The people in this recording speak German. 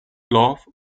love